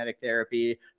therapy